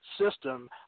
system